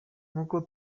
nk’uko